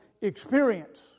experience